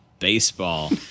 baseball